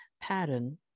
pattern